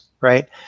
right